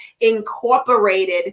incorporated